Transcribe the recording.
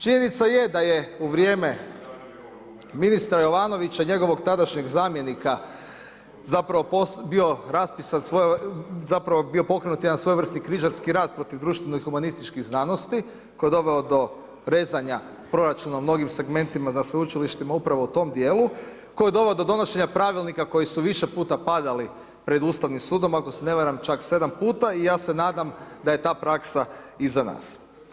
Činjenica je da je u vrijeme ministra Jovanovića i njegovog tadašnjeg zamjenika, zapravo, bio raspisan, zapravo, bio pokrenut jedan svojevrsni križarski rat protiv društvenih humanističkih znanosti koji je doveo do rezanja proračuna u mnogim segmentima na Sveučilištima upravo u tome dijelu, koji je doveo do donošenja Pravilnika koji su više puta padali pred Ustavnim sudom, ako se ne varam čak 7 puta i ja se nadam da je ta praksa iza nas.